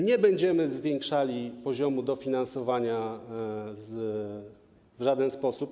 Nie będziemy zwiększali poziomu dofinansowania w żaden sposób.